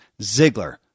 Ziggler